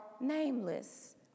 nameless